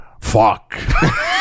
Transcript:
Fuck